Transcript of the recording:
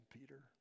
Peter